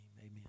amen